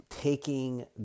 taking